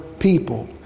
people